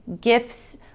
Gifts